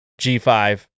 G5